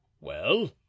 Well